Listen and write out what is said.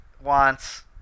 wants